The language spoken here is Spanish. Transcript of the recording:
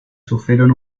sufrieron